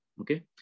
Okay